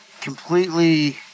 completely